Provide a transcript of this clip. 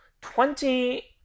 twenty